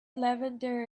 lavender